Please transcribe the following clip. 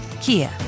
Kia